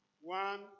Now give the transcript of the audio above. One